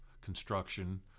construction